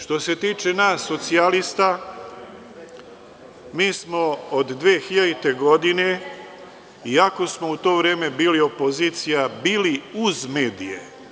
Što se tiče nas socijalista, mi smo od 2000. godine, iako smo u to vreme bili opozicija, bili uz medije.